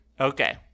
Okay